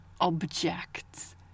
objects